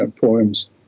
poems